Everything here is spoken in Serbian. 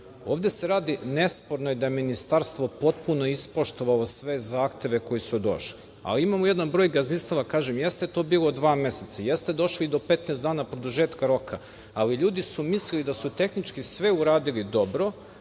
se radi, nesporno je da Ministarstvo potpuno ispoštovalo sve zahteve koji su došli, ali imamo jedan broj gazdinstava, kažem, jeste to bilo dva meseca, jeste došli do petnaest dana produžetka roka, ali ljudi su mislili da su tehnički sve uradili dobro,